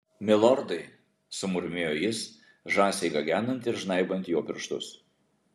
milordai sumurmėjo jis žąsiai gagenant ir žnaibant jo pirštus